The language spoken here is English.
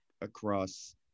across-